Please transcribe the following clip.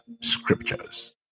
Scriptures